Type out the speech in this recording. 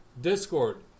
discord